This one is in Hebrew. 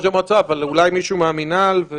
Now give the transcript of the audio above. ראש המועצה או אולי מישהו מהמינהל.